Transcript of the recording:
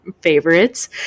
favorites